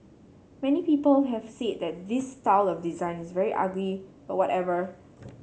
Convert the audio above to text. many people have said that this style of design is very ugly but whatever